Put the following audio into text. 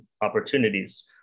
opportunities